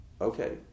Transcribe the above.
Okay